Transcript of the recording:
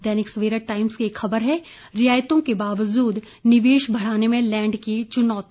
दैनिक Savera Times की एक खबर है रियायतों के बावजूद निवेश बढ़ाने में लैंड बैंक की चुनौती